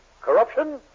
Corruption